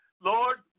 Lord